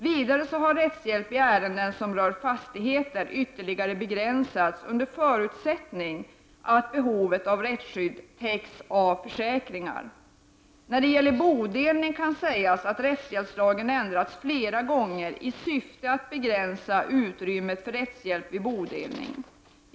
Vidare har rättshjälp i ärenden som rör fastigheter ytterligare begränsats under förutsättning att behovet av rättsskydd täcks av försäkringar. När det gäller bodelning kan sägas att rättshjälpslagen ändrats flera gånger i syfte att begränsa utrymmet för rättshjälp vid bodelning.